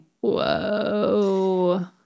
Whoa